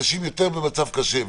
יש יותר אנשים במצב קשה.